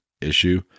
issue